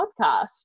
podcast